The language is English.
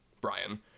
Brian